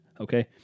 okay